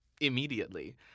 immediately